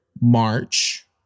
March